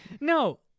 No